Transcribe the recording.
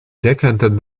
decanted